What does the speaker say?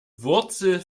wurzel